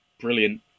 brilliant